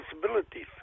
possibilities